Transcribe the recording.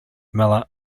miller